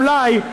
אולי,